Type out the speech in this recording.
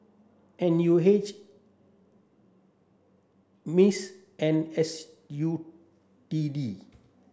N U H MICE and S U T D